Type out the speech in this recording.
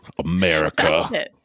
America